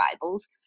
Bibles